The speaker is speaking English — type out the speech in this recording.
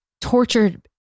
tortured